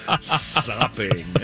Sopping